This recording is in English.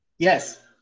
Yes